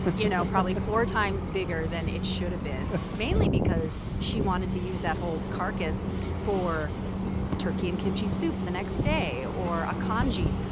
you know probably four times bigger than it should've been, mainly because she wanted wanted to use that whole carcass for turkey and kimchi soup the next day, or a congee